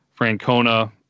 Francona